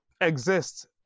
exist